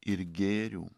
ir gėrių